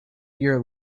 your